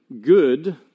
good